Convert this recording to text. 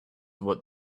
what